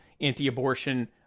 anti-abortion